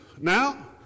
Now